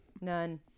None